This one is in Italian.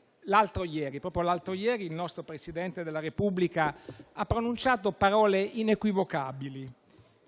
e dove proprio l'altro ieri il nostro Presidente della Repubblica ha pronunciato parole inequivocabili,